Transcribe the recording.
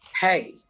hey